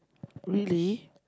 really